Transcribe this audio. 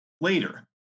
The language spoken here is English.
later